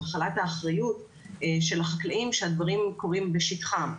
החלת האחריות של החקלאים, שהדברים קורים בשטחם,